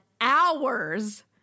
hours